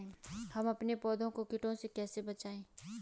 हम अपने पौधों को कीटों से कैसे बचाएं?